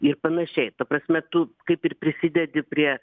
ir panašiai ta prasme tu kaip ir prisidedi prie